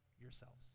yourselves